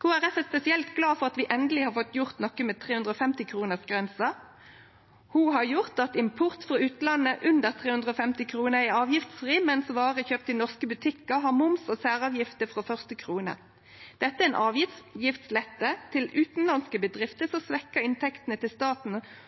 Kristeleg Folkeparti er spesielt glad for at vi endeleg har fått gjort noko med 350-kronersgrensa. Ho har gjort at import frå utlandet under 350 kr er avgiftsfri, mens varer kjøpt i norske butikkar har moms og særavgifter frå første krone. Dette er ei avgiftslette til utanlandske bedrifter